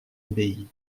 abbaye